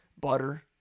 Butter